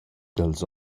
dals